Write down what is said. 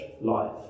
life